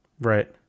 Right